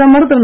பிரதமர் திரு